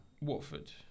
Watford